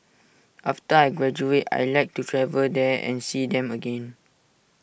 after I graduate I'd like to travel there and see them again